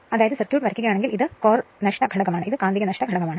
അതിനാൽ സർക്യൂട്ട് വരയ്ക്കുകയാണെങ്കിൽ ഇത് കോർ നഷ്ട ഘടകമാണ് ഇത് കാന്തിക നഷ്ട ഘടകമാണ്